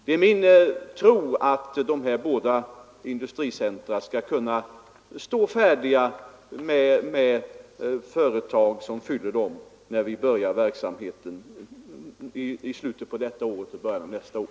Det är min tro att de skall stå färdiga när vi börjar verksamheten i slutet av detta år och i början av nästa år.